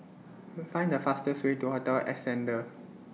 Find The fastest Way to Hotel Ascendere